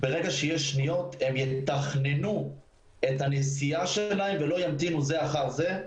ברגע שמופיעות השניות הם יתכננו את הנסיעה שלהם ולא ימתינו זה אחר זה,